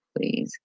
please